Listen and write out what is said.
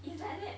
it's like that